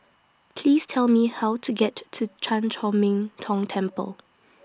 Please Tell Me How to get to to Chan Chor Min Tong Temple